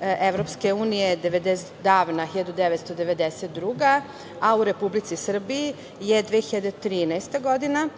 teritoriji EU, davna 1992. godina, a u Republici Srbiji je 2013. godina.